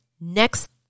Next